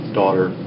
daughter